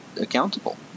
accountable